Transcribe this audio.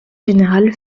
général